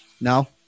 No